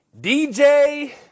DJ